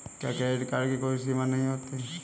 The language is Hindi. क्या क्रेडिट कार्ड की कोई समय सीमा होती है?